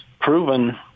proven